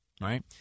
right